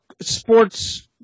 sports